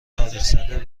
تاریخزده